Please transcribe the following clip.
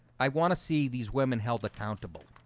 i want to see these women held accountable.